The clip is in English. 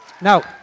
Now